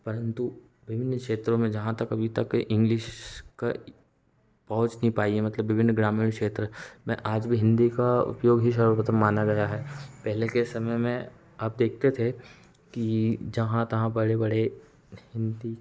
परंतु विभिन्न क्षेत्रों में जहाँ तक अभी तक इंग्लिस का पहुंच नहीं पाई है मतलब विभिन्न ग्रामीण क्षेत्र में आज भी हिन्दी का उपयोग ही सर्वप्रथम माना गया है पहले के समय में आप देखते थे कि जहाँ तहाँ बड़े बड़े हिन्दी के